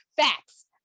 facts